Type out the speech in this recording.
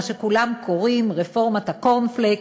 מה שכולם קוראים רפורמת הקורנפלקס,